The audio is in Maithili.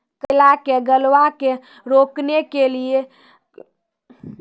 करेला के गलवा के रोकने के लिए ली कौन दवा दिया?